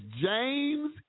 James